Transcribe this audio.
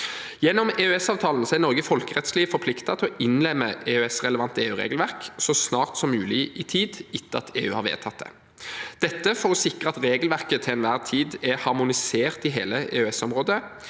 Gjennom EØS-avtalen er Norge folkerettslig forpliktet til å innlemme EØS-relevant EU-regelverk så snart som mulig i tid etter at EU har vedtatt det. Dette er for å sikre at regelverket til enhver tid er harmonisert i hele EØS-området.